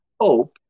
hope